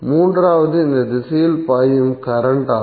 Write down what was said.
மூன்றாவது இந்த திசையில் பாயும் கரண்ட் ஆகும்